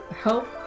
help